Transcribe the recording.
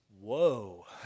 whoa